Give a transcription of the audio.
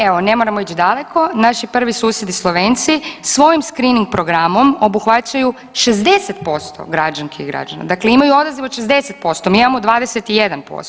Evo ne moramo ići daleko, naši prvi susjedi Slovenci svojim skrining programom obuhvaćaju 60% građanki i građana, dakle imaju odaziv od 60%, mi imamo 21%